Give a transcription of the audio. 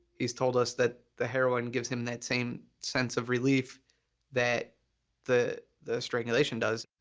he's told us that the heroin gives him that same sense of relief that the the strangulation does.